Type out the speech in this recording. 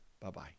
Bye-bye